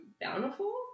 Bountiful